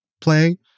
play